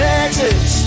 Texas